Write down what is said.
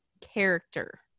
character